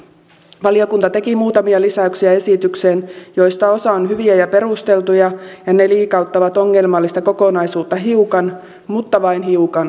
valiokunta teki muutamia lisäyksiä esitykseen joista osa on hyviä ja perusteltuja ja ne liikauttavat ongelmallista kokonaisuutta hiukan mutta vain hiukan parempaan suuntaan